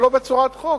אבל לא בצורת חוק,